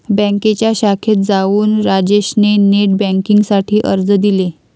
बँकेच्या शाखेत जाऊन राजेश ने नेट बेन्किंग साठी अर्ज दिले